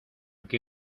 qué